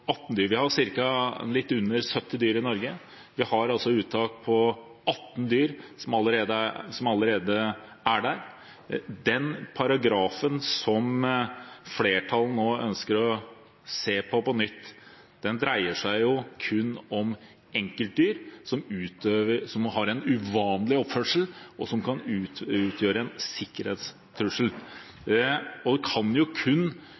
18 dyr. Vi har litt under 70 dyr i Norge og har altså et uttak på 18 dyr, som allerede er der. Den paragrafen som flertallet nå på nytt ønsker å se på, dreier seg kun om enkeltdyr, som har en uvanlig oppførsel, og som kan utgjøre en sikkerhetstrussel. Den kan kun